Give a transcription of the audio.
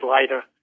later